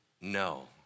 no